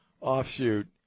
offshoot